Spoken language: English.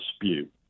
dispute